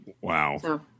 Wow